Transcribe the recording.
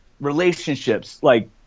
relationships—like